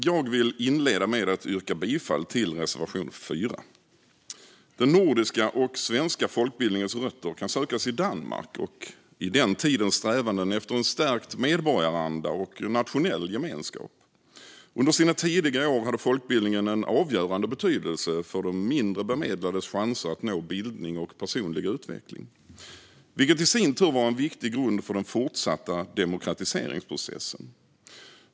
Jag vill inleda med att yrka bifall till reservation 4. Den nordiska och svenska folkbildningens rötter kan sökas i Danmark och i den tidens strävanden efter en stärkt medborgaranda och nationell gemenskap. Under sina tidiga år hade folkbildningen en avgörande betydelse för de mindre bemedlades chanser att nå bildning och personlig utveckling - vilket i sin tur var en viktig grund för den fortsatta demokratiseringsprocessen.